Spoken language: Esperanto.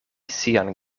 sian